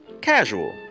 casual